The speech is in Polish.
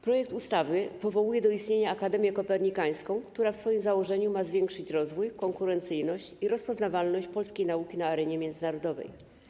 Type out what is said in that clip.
Projekt ustawy powołuje do istnienia Akademię Kopernikańską, która w swoim założeniu ma zwiększyć rozwój, konkurencyjność i rozpoznawalność polskiej nauki na arenie międzynarodowej.